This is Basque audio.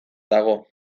dago